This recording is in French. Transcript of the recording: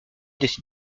décide